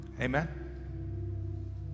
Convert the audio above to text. Amen